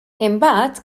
imbagħad